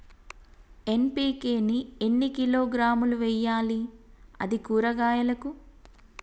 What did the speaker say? NPK ని ఎన్ని కిలోగ్రాములు వెయ్యాలి? అది కూరగాయలకు?